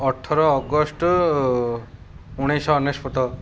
ଅଠର ଅଗଷ୍ଟ ଉଣେଇଶହ ଅନେଶ୍ୱତ